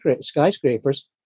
skyscrapers